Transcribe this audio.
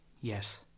Yes